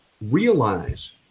realize